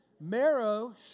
Marrow